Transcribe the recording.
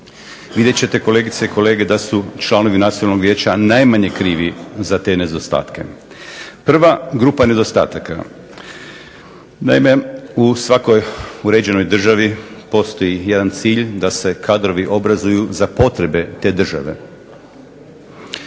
Vidjet ćete kolegice i kolege da su članovi Nacionalnog vijeća najmanje krivi za te nedostatke. Prva grupa nedostataka. Naime, u svakoj uređenoj državi postoji jedan cilj da se kadrovi obrazuju za potrebe te države